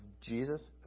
Jesus